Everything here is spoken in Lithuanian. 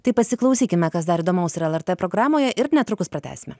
tai pasiklausykime kas dar įdomaus yra lrt programoje ir netrukus pratęsime